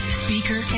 speaker